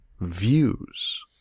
views